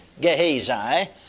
Gehazi